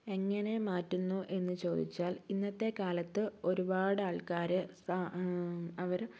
എങ്ങനെ മാറ്റുന്നു എന്ന് ചോദിച്ചാൽ ഇന്നത്തെ കാലത്ത് ഒരുപാട് ആൾക്കാര് സാ അവര്